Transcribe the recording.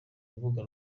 rubuga